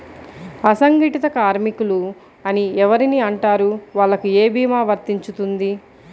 అసంగటిత కార్మికులు అని ఎవరిని అంటారు? వాళ్లకు ఏ భీమా వర్తించుతుంది?